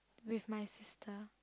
with my sister